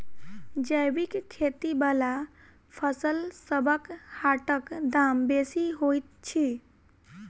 जैबिक खेती बला फसलसबक हाटक दाम बेसी होइत छी